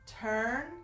turn